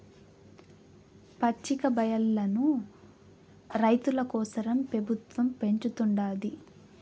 పచ్చికబయల్లను రైతుల కోసరం పెబుత్వం పెంచుతుండాది